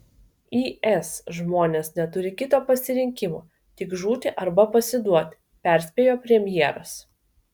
is žmonės neturi kito pasirinkimo tik žūti arba pasiduoti perspėjo premjeras